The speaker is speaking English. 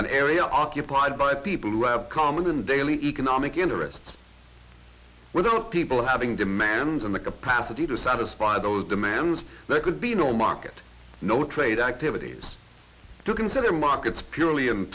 an area occupied by people who have common daily economic interests without people having demands and the capacity to satisfy those demands there could be no market no trade activities to consider markets purely in